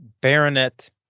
Baronet